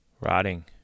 rotting